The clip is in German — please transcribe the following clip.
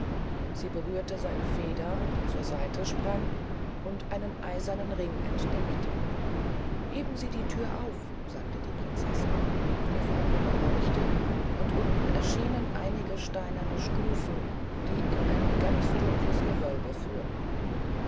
sie berührte seine feder die zur seite sprang und einen eisernen ring entdeckte heben sie die thür auf sagte die prinzessin der fremde gehorchte und unten erschienen einige steinerne stufen die in ein ganz dunkles gewölbe führten